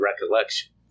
recollection